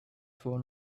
for